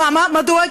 למה?